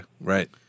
right